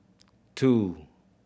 two